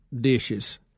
dishes